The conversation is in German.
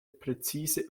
präzise